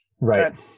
Right